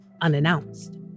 unannounced